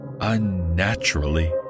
Unnaturally